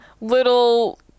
little